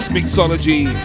Mixology